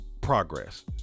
progress